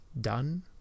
done